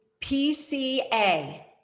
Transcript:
PCA